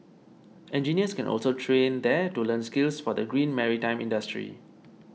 engineers can also train there to learn skills for the green maritime industry